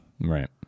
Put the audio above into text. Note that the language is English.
right